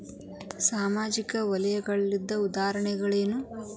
ಸಾಮಾಜಿಕ ವಲಯದ್ದು ಉದಾಹರಣೆಗಳೇನು?